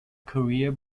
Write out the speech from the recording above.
career